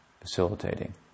facilitating